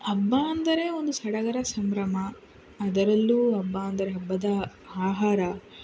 ಹಬ್ಬ ಅಂದರೆ ಒಂದು ಸಡಗರ ಸಂಭ್ರಮ ಅದರಲ್ಲೂ ಹಬ್ಬ ಅಂದರೆ ಹಬ್ಬದ ಆಹಾರ